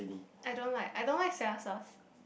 I don't like I don't like soya sauce